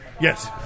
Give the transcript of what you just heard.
Yes